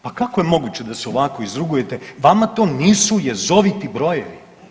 Pa kako je moguće da se ovako izrugujete, vama to nisu jezoviti brojevi?